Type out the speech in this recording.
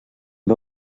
van